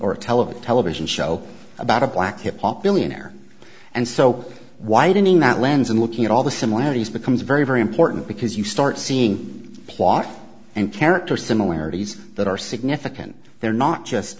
a television television show about a black hip hop billionaire and so widening that lens and looking at all the similarities becomes very very important because you start seeing plot and character similarities that are significant they're not just